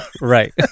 right